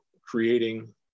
creating